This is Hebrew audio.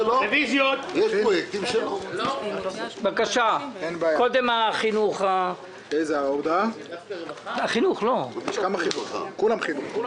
156157 , מי בעד הרוויזיה , ירים את ידו, מי